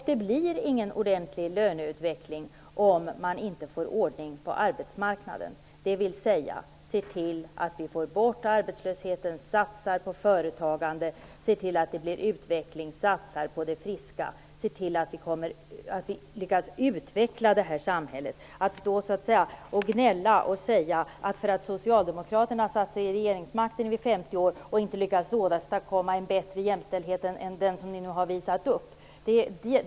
Det blir ingen ordentlig löneutveckling om man inte får ordning på arbetsmarknaden, dvs. ser till att vi får bort arbetslösheten, satsar på företagande, satsar på det friska och ser till att vi lyckas utveckla det här samhället. Vi kommer inte vidare genom att stå och gnälla och säga att Socialdemokraterna suttit vid regeringsmakten i 50 år och inte lyckats åstadkomma en bättre jämställdhet än den som ni nu har visat upp.